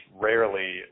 rarely